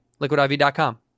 Liquidiv.com